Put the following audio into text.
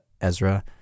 Ezra